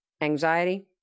anxiety